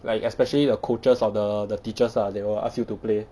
like especially the coaches or the the teachers ah they will ask you to play